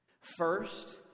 First